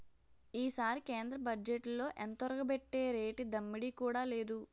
ఈసారి కేంద్ర బజ్జెట్లో ఎంతొరగబెట్టేరేటి దమ్మిడీ కూడా లేదు